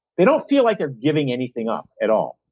they don't feel like they're giving anything up at all.